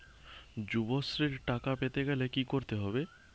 যুবশ্রীর টাকা পেতে গেলে কি করতে হবে?